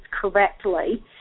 correctly